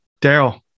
Daryl